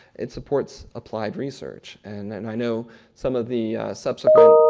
it supports applied research. and then i know some of the subsequent